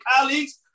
colleagues